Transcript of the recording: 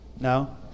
No